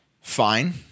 fine